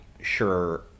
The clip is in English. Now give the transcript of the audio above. sure